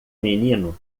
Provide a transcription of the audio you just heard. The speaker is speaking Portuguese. menino